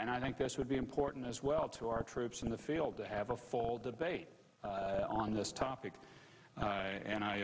and i think this would be important as well to our troops in the field to have a full debate on this topic and i